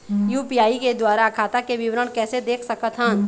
UPI के द्वारा खाता के विवरण कैसे देख सकत हन?